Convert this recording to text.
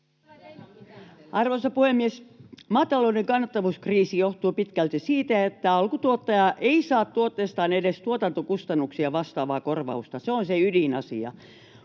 Arvoisa puhemies! Maatalouden kannattavuuskriisi johtuu pitkälti siitä, että alkutuottaja ei saa tuotteistaan edes tuotantokustannuksia vastaavaa korvausta. Se on se ydinasia.